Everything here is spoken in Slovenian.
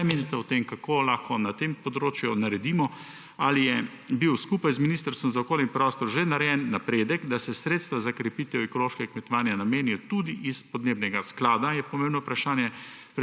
Kaj menite o tem, kaj lahko na tem področju naredimo? Ali je bil skupaj z Ministrstvom za okolje in prostor že narejen napredek, da se sredstva za krepitev ekološkega kmetovanja nameni tudi iz podnebnega sklada? To je pomembno vprašanje